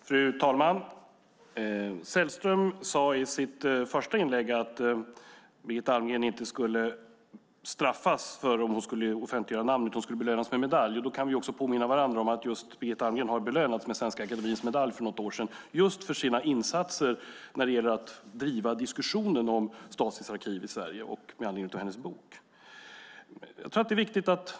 Fru talman! Sällström sade i sitt första inlägg att Birgitta Almgren inte skulle straffas om hon offentliggör namn utan skulle belönas med medalj. Då kan vi påminna varandra om att Birgitta Almgren för något år sedan belönades med Svenska Akademiens medalj, just för sina insatser när det gäller att driva diskussionen om Stasis arkiv i Sverige och med anledning av hennes bok.